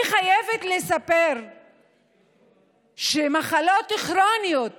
אני חייבת לספר שמחלות כרוניות